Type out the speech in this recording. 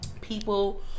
people